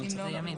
זה ימים.